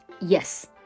Yes